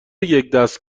یکدست